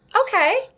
Okay